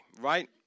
Right